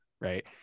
right